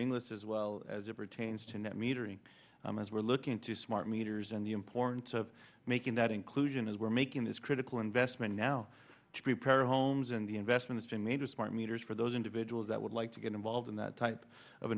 this is well as it pertains to net metering we're looking into smart meters and the importance of making that inclusion is we're making this critical investment now to prepare homes and the investments in major smart meters for those individuals that would like to get involved in that type of